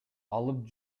алып